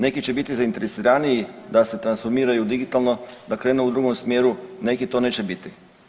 Neki će biti zainteresiraniji da se transformiraju digitalno, da krenu u drugom smjeru, neki to neće biti.